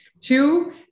two